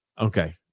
Okay